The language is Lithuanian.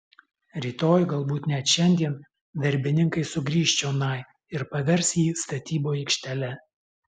rytoj galbūt net šiandien darbininkai sugrįš čionai ir pavers jį statybų aikštele